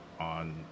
On